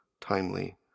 timely